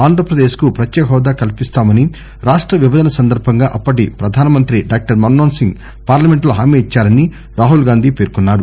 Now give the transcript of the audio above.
ఆంధ్రప్రదేశ్ కు ప్రత్యేక హోదా కల్పిస్తామని రాష్ట విభజన సందర్బంగా అప్పటి ప్రధానమంత్రి మన్మోహన్ సింగ్ పార్లమెంటులో హామీ ఇద్భారని రాహుల్ పేర్కొన్నారు